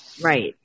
Right